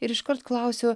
ir iškart klausiu